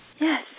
Yes